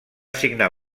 signar